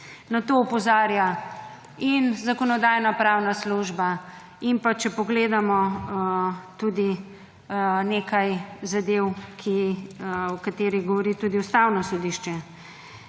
Na to opozarja in Zakonodajno-pravna služba in pa, če pogledamo tudi nekaj zadev, o katerih govori tudi Ustavno sodišče.